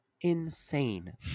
insane